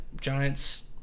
Giants